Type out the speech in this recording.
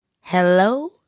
Hello